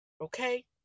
Okay